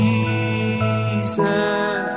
Jesus